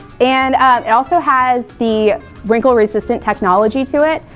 and it also has the wrinkle-resistant technology to it,